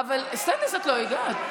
סונדוס, את לא הגעת.